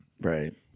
Right